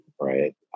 right